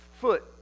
foot